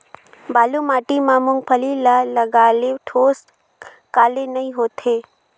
बालू माटी मा मुंगफली ला लगाले ठोस काले नइ होथे?